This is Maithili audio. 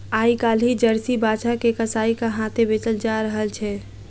आइ काल्हि जर्सी बाछा के कसाइक हाथेँ बेचल जा रहल छै